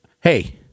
Hey